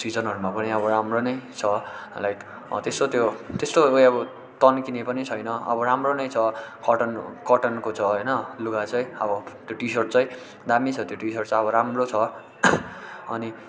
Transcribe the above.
सिजनहरूमा पनि अब राम्रो नै छ लाइक त्यस्तो त्यो त्यस्तो उयो अब तन्किने पनि छैन अब राम्रो नै छ कटन कटनको छ होइन लुगा चाहिँ अब त्यो टी सर्ट चाहिँ दामी छ त्यो टी सर्ट चाहिँ राम्रो छ अनि